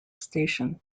station